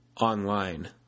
online